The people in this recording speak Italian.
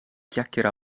chiacchiera